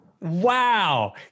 Wow